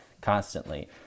constantly